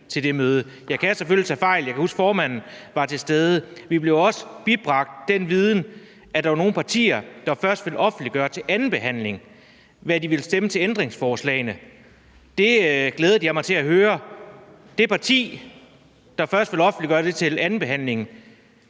til det møde. Jeg kan selvfølgelig tage fejl. Jeg kan huske, at formanden var til stede. Vi fik også bibragt den viden, at der var nogle partier, der først til anden behandling ville offentliggøre, hvad de ville stemme i forhold til ændringsforslagene. Det glædede jeg mig til at høre. Det parti, som først ville offentliggøre det til andenbehandlingen,